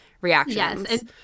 reactions